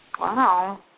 Wow